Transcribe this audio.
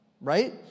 right